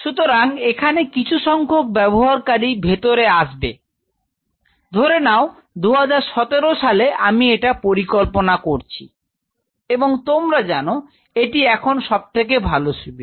সুতরাং এখানে কিছু সংখ্যক ব্যবহারকারী ভেতরে আসবে ধরে নাও 2017 সালে আমি এটা পরিকল্পনা করছি এবং তোমরা জানো এটি এখন সবথেকে ভালো সুবিধা